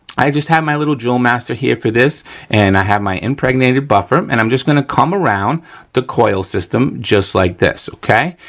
i just have my little drill master here for this and i have my impregnated buffer and i'm just gonna come around the coil system just like this, okay?